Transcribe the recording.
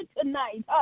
tonight